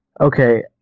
Okay